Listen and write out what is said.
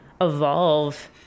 evolve